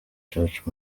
church